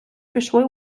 пішли